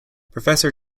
professor